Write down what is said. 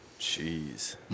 Jeez